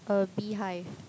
a bee hive